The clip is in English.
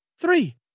Three